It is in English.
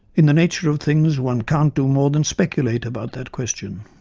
in the nature of things one cannot do more than speculate about that question.